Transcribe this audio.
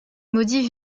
maudit